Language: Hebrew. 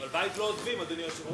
אבל בית לא עוזבים, אדוני היושב-ראש.